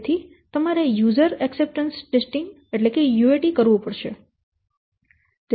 તેથી તમારે યુઝર સ્વીકૃતિ પરીક્ષણ કરવું પડશે